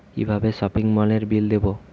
কিভাবে সপিং মলের বিল দেবো?